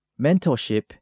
Mentorship